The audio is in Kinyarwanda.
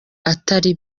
atari